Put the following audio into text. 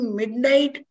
midnight